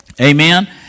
Amen